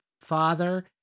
father